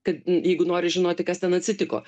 kad jeigu nori žinoti kas ten atsitiko